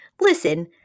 Listen